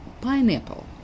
pineapple